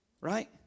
right